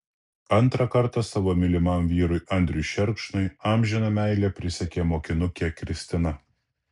antrą kartą savo mylimam vyrui andriui šerkšnui amžiną meilę prisiekė mokinukė kristina